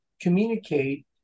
communicate